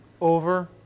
over